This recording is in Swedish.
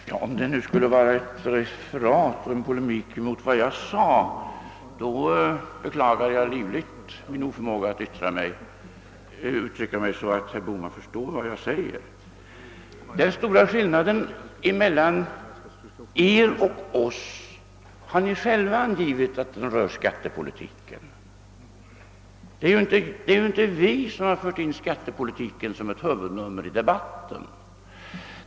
Herr talman! Om herr Bohmans anförande skulle vara ett referat av och en polemik mot vad jag sade beklagar jag livligt min oförmåga att uttrycka mig på ett för herr Bohman begripligt sätt. Ni har själva angivit att den stora skillnaden mellan er och oss ligger i synen på skattepolitiken. Det är inte vi som fört in skattepolitiken som ett huvudnummer i debatten.